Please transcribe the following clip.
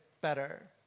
better